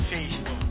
Facebook